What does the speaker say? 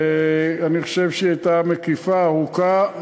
אני חושב שהיא הייתה מקיפה, ארוכה.